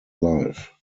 life